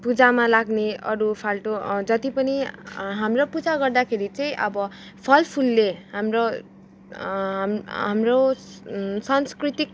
पुजामा लाग्ने अरू फाल्टु जतिपनि हाम्रो पुजा गर्दाखेरि चाहिँ अब फल फुलले हाम्रो हाम्रो सांस्कृतिक